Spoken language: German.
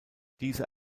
dieser